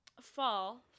fall